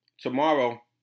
tomorrow